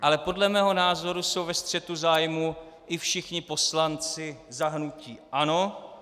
Ale podle mého názoru jsou ve střetu zájmů i všichni poslanci za hnutí ANO.